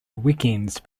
weekends